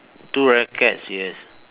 two rackets yes